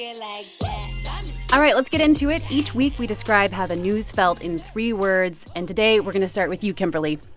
yeah like that all right, let's get into it. each week, we describe how the news felt in three words. and today, we're going to start with you, kimberly.